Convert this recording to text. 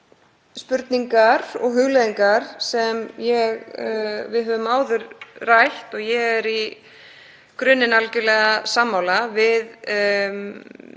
spurningar og hugleiðingar sem við höfum áður rætt og ég er í grunninn algerlega sammála. Við